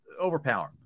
overpower